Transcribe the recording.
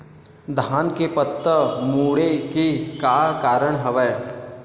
धान के पत्ता मुड़े के का कारण हवय?